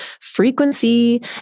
frequency